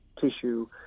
tissue